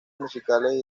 musicales